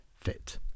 fit